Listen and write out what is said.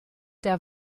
der